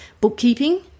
bookkeeping